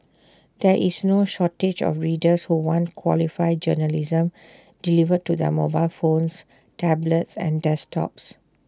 there is no shortage of readers who want quality journalism delivered to their mobile phones tablets and desktops